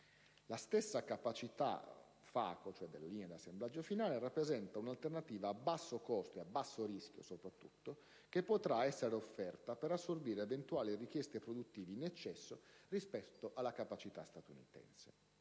La stessa capacità *FACO*, ovvero della linea di assemblaggio finale, rappresenta un'alternativa a basso costo e soprattutto a basso rischio, che potrà essere offerta per assorbire eventuali richieste produttive in eccesso rispetto alla capacità statunitense.